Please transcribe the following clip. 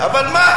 אבל מה,